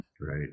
Right